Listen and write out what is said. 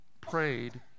prayed